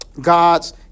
God's